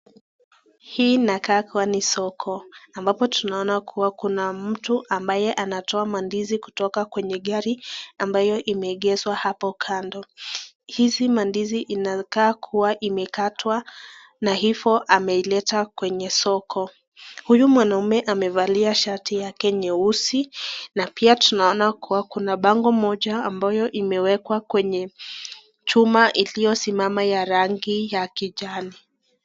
Hii inakaa kuwa ni soko ambapo tunaona kuwa kuna mtu ambaye anatoa ndizi kutoka kwenye gari ambaye imeegezwa hapo kando. Hizi ndizi inakaa kuwa imekatwa na hivo ameleta kwenye soko. Huyu mwanaume amevalia shati yake nyeusi na pia tunaona kuwa kuna bango moja ambayo imewekwa kwenye chuma iliyo simama ya rangi ya kijani.